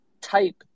type